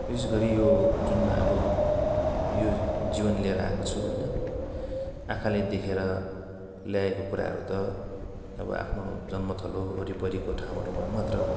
विशेषगरी यो जुन अबबो यो जीवन लिएर आएको छु होइन आँखाले देखेर ल्याएको कुराहरू त अब आफ्नो जन्मथलो वरिपरिको ठाउँहरूमा मात्र हो